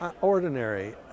ordinary